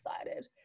excited